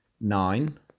nine